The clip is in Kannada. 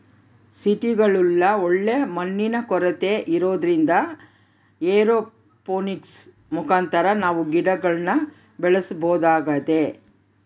ಸಿಟಿಗುಳಗ ಒಳ್ಳೆ ಮಣ್ಣಿನ ಕೊರತೆ ಇರೊದ್ರಿಂದ ಏರೋಪೋನಿಕ್ಸ್ ಮುಖಾಂತರ ನಾವು ಗಿಡಗುಳ್ನ ಬೆಳೆಸಬೊದಾಗೆತೆ